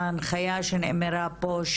ההנחיה שנאמרה פה,